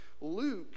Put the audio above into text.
Luke